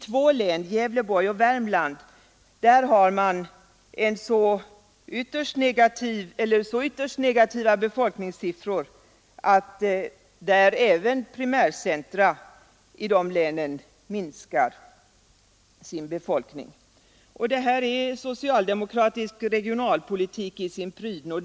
Två län, Gävleborgs och Värmlands, har så negativa befolkningssiffror att även primärcentras befolkning minskat. Det här är socialdemokratisk regionalpolitik i sin prydno.